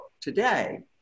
today